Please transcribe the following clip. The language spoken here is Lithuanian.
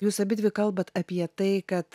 jūs abidvi kalbat apie tai kad